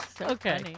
Okay